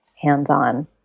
hands-on